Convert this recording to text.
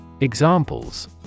examples